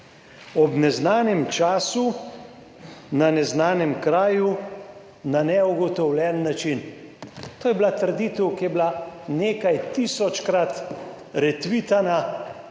ob neznanem času, na neznanem kraju, na neugotovljen način. To je bila trditev, ki je bila nekaj tisočkrat retvitana